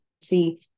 see